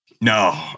No